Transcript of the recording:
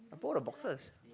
fold the boxes